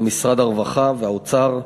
משרד הרווחה והאוצר,